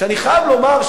שאני חייב לומר,